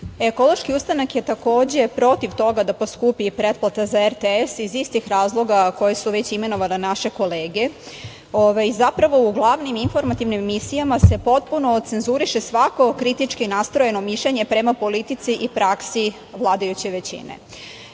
se. Ekološki ustanak je takođe protiv toga da poskupi pretplata za RTS iz istih razloga koje su već imenovale naše kolege i zapravo u glavnim informativnim emisijama se potpuno cenzuriše svako kritički nastrojeno mišljenje prema politici i praksi vladajuće